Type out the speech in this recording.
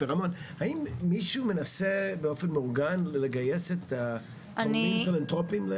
האם מישהו מנסה באופן מאורגן לגייס את התורמים הפילנתרופים?